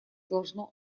должно